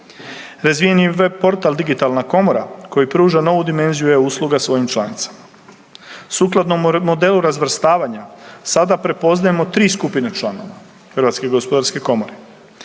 Razvijen je web portal digitalna komora koja pruža novu dimenziju e usluga svojim članicama. Sukladno modelu razvrstavanja sada prepoznajemo tri skupine članova HGK. Prva skupina